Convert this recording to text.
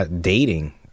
dating